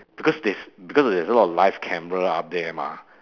because there's because there's a lot of live camera up there mah